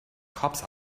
cops